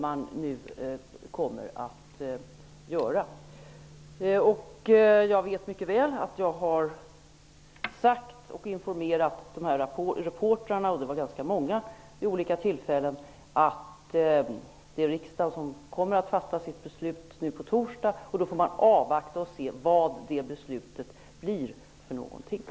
Jag vet mycket väl att jag vid olika tillfällen har sagt och informerat dessa reportrar -- och de var ganska många -- om att riksdagen kommer att fatta sitt beslut på torsdag och att man får avvakta till dess och se vilket beslut det blir.